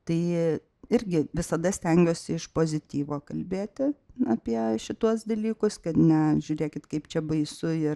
tai irgi visada stengiuosi iš pozityvo kalbėti apie šituos dalykus kad ne žiūrėkit kaip čia baisu ir